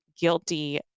guilty